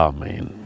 Amen